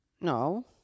No